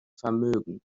vermögen